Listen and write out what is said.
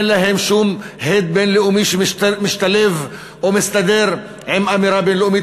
אין להן שום הד בין-לאומי שמשתלב או מסתדר עם אמירה בין-לאומית,